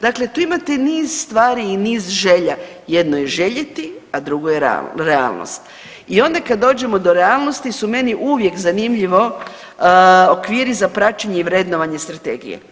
Dakle, tu imate niz stvari i niz želja, jedno je željeti, a drugo je realnost i onda kad dođemo do realnosti su meni uvijek zanimljivi okviri za praćenje i vrednovanje strategije.